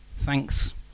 thanks